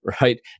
right